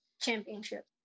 championship